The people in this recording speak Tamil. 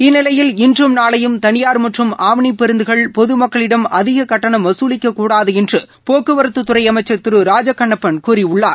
இந்நிலையில் இன்றும் நாளையும் தனியார் மற்றும் ஆம்னி பேருந்துகள் பொதுமக்களிடம் அதிக கட்டணம் வசூலிக்கக்கூடாது என்று போக்குவரத்துத்துறை அமைச்சர் திரு ராஜ கண்ணப்பள் கூறியுள்ளார்